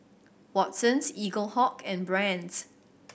Watsons Eaglehawk and Brand's